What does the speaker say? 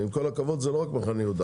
ועם כל הכבוד, זה לא רק מחנה יהודה.